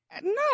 no